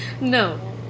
No